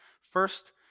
first